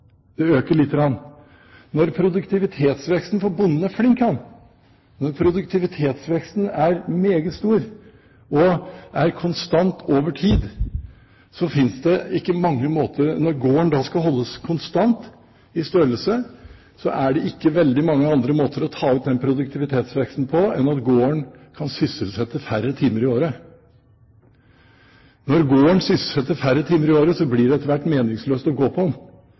Det øker litte grann, for bonden er flink han. Når produktivitetsveksten er meget stor, og er konstant over tid, og når gården da skal holdes konstant i størrelse, så finnes det ikke veldig mange andre måter å ta ut den produktivitetsveksten på enn at gården kan sysselsette færre timer i året. Når gården sysselsetter færre timer i året, blir det etter hvert meningsløst bare å være på